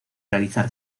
realizar